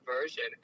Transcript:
version